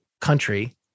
country